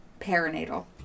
perinatal